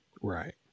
right